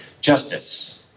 justice